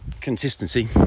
Consistency